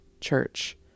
church